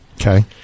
Okay